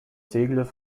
siglos